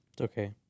Okay